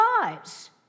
lives